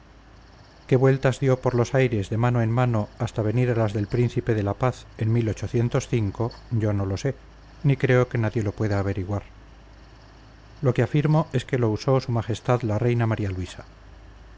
qué vueltas dio por los aires de mano en mano hasta venir a las del príncipe de la paz en yo no lo sé ni creo que nadie lo pueda averiguar lo que afirmo es que lo usó su majestad la reina maría luisa